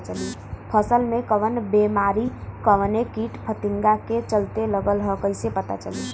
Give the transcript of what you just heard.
फसल में कवन बेमारी कवने कीट फतिंगा के चलते लगल ह कइसे पता चली?